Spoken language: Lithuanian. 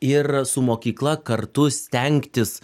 ir su mokykla kartu stengtis